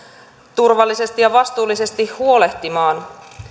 turvallisesti ja vastuullisesti huolehtimaan